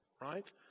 right